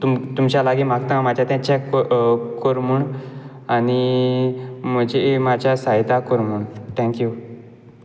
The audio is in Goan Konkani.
तुमच्या लागीं मागता मातशें तें चॅक कर म्हूण आनी म्हजी मातशे साहयता कर म्हूण थँक यू